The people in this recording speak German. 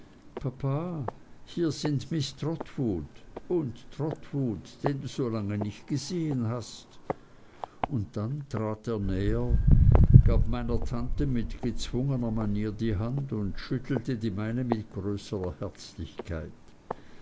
papa hier sind miß trotwood und trotwood den du solange nicht gesehen hast und dann trat er näher gab meiner tante mit gezwungener miene die hand und schüttelte die meine mit größerer herzlichkeit